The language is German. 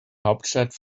hauptstadt